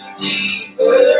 deeper